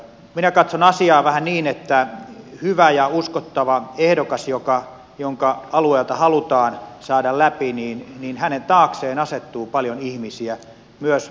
minä katson asiaa vähän niin että hyvän ja uskottavan ehdokkaan joka alueelta halutaan saada läpi taakse asettuu paljon ihmisiä myös rahoittajina